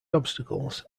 obstacles